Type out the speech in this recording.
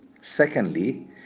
Secondly